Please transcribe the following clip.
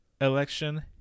election